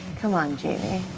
come on, jamie.